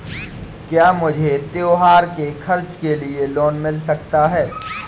क्या मुझे त्योहार के खर्च के लिए लोन मिल सकता है?